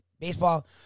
baseball